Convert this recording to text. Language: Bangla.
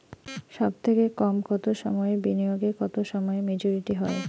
সবথেকে কম কতো সময়ের বিনিয়োগে কতো সময়ে মেচুরিটি হয়?